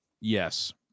Yes